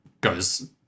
goes